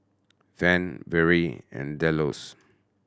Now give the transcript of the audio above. Van Vere and Delos